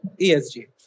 ESG